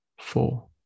four